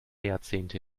jahrzehnte